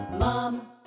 Mom